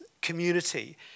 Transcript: community